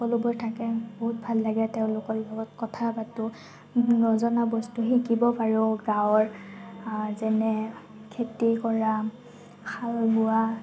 সকলোবোৰ থাকে বহুত ভাল লাগে তেওঁলোকৰ লগত কথা পাতোঁ নজনা বস্তু শিকিব পাৰোঁ গাঁৱৰ যেনে খেতি কৰা হাল বোৱা